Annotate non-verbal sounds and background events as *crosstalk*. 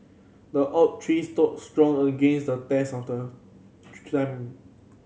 the oak tree stood strong against the test of the *unintelligible*